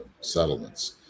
settlements